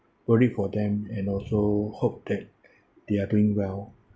worried for them and also hope that they are doing well